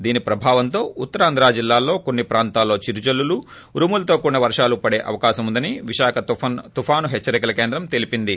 దీని ప్రభావంతో ఉత్తరాంధ్రా జిల్లాల్లో కొన్ని ప్రాంతాల్లో చిరుజల్లులు ఉరుములతో కూడిన వర్షాలు పడే అవకాశం ఉందని విశాఖ తుపాను హెచ్చరికల కేంద్రం తెలిపింది